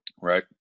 Right